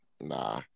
Nah